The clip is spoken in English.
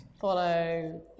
follow